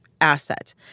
asset